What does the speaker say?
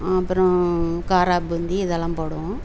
அப்புறம் காராப்பூந்தி இதெல்லாம் போடுவோம்